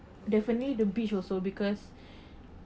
definitely the beach also because